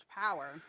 power